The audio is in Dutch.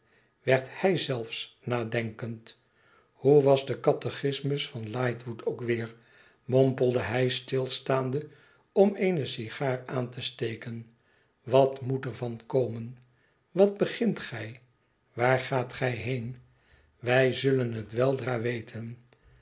werd hij zelfs nadenkend thoe was de catechismus vanlightwoodook weer mompelde hij stilstaande om eene sigaar aan te steken wat moet er van komen wat begint gij waar gaat gij heen wij zullen het weldra weten